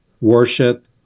worship